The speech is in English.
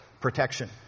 protection